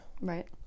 Right